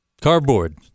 Cardboard